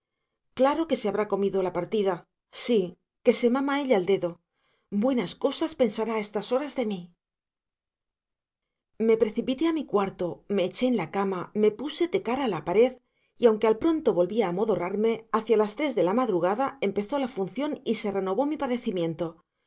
claro que se habrá comido la partida sí que se mama ella el dedo buenas cosas pensará a estas horas de mí me precipité a mi cuarto me eché en la cama me puse de cara a la pared y aunque al pronto volví a amodorrarme hacia las tres de la madrugada empezó la función y se renovó mi padecimiento